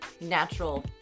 natural